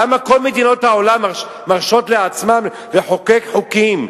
למה כל מדינות העולם מרשות לעצמן לחוקק חוקים?